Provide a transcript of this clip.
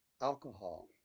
Alcohol